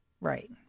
Right